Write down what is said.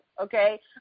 okay